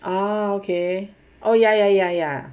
ah okay oh ya ya ya ya